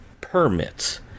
permits